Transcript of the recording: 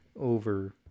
over